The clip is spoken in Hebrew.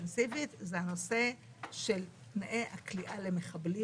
אינטנסיבית זה הנושא של תנאי הכליאה למחבלים.